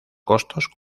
costos